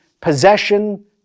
possession